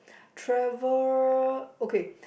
travel okay